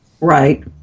Right